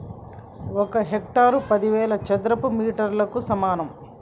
ఒక హెక్టారు పదివేల చదరపు మీటర్లకు సమానం